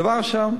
הדבר הראשון,